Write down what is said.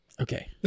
Okay